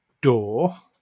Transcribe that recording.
door